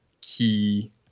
key